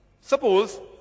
Suppose